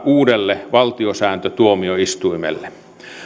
uudelle valtiosääntötuomioistuimelle